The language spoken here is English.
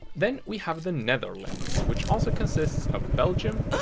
then, we have the netherlands, which also consists of belgium